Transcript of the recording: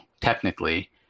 technically